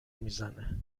میزنه